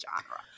genre